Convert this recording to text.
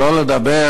שלא לדבר